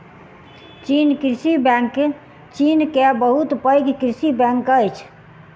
चीन कृषि बैंक चीन के बहुत पैघ कृषि बैंक अछि